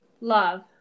Love